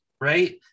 right